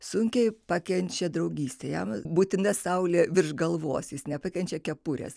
sunkiai pakenčia draugystę jam būtina saulė virš galvos jis nepakenčia kepurės